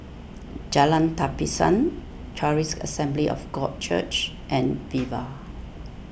Jalan Tapisan Charis Assembly of God Church and Viva